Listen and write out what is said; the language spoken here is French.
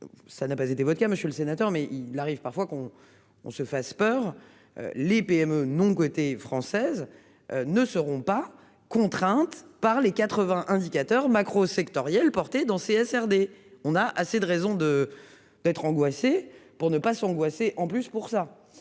Ça n'a pas été votre cas. Monsieur le sénateur, mais il arrive parfois qu'on on se fasse peur. Les PME non cotées françaises. Ne seront pas contraintes par les 80 indicateurs macro-sectorielles portées dans CSR des on a assez de raisons de d'être angoissé. Pour ne pas s'angoisser en plus pour ça.